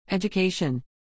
Education